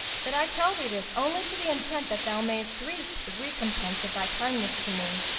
that i tell thee this only to the intent that thou mayst reap the recompense of thy kindness to me,